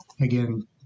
again